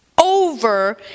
over